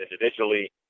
individually